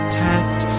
test